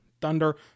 Thunder